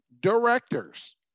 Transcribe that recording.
Directors